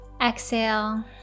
exhale